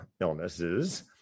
illnesses